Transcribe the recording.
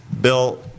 Bill